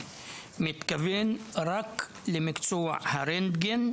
מתכוון רק למקצוע הרנטגן,